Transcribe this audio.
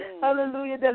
hallelujah